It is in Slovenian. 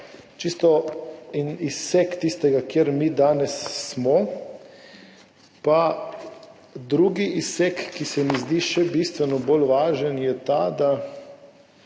Čisto en izsek tistega, kjer mi danes smo. Drugi izsek, ki se mi zdi še bistveno bolj važen, je ta, da